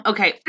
Okay